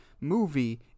movie